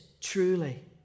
truly